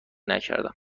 نکردم